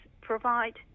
provide